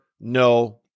no